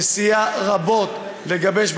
שסייע רבות לגבש,